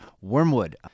Wormwood